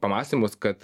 po pamąstymus kad